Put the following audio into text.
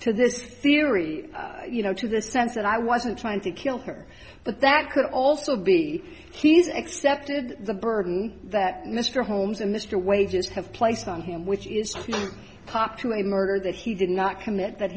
theory you know to the sense that i wasn't trying to kill her but that could also be he's accepted the burden that mr holmes and mr wages have placed on him with a part to a murder that he did not commit that